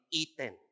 eaten